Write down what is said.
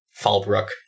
Falbrook